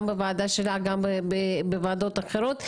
גם בוועדה שלך וגם בוועדות אחרות,